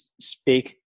speak